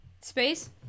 Space